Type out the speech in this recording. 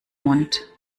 mund